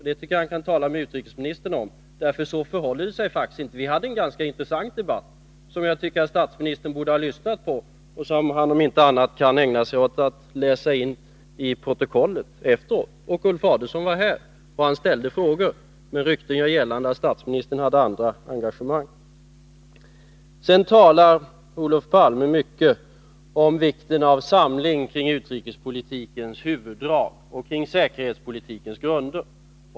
Det tycker jag han kan tala med utrikesministern om, för det förhåller sig faktiskt inte så som Olof Palme säger — vi hade en ganska intressant debatt, som jag tycker att statsministern borde ha lyssnat på och som han, om inte annat, kan ägna sig åt att läsa in efteråt genom protokollet. Ulf Adelsohn var alltså här, och han ställde frågor. Men ryktet gör gällande att statsministern hade andra engagemang. Olof Palme talar mycket om vikten av samling kring utrikespolitikens huvuddrag och kring säkerhetspolitikens grunder i Sverige.